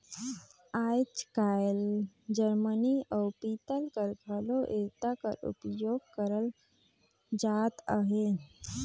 आएज काएल जरमनी अउ पीतल कर घलो इरता कर उपियोग करल जात अहे